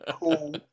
Cool